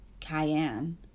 Cayenne